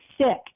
sick